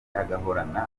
agahorana